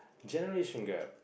generation gap